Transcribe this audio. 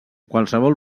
qualsevol